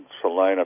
Salina